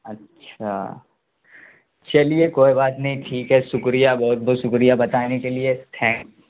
اچھا چلیے کوئی بات نہیں ٹھیک ہے شکریہ بہت بہت شکریہ بتانے کے لیے تھینک